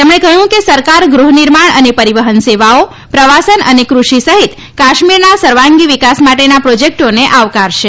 તેમણે કહ્યું કે સરકાર ગૃહનિર્માણ અને પરિવહન સેવાઓ પ્રવાસન અને કૃષિ સહિત કાશ્મીરના સર્વાંગી વિકાસ માટેના પ્રોજેક્ટોને આવકારશે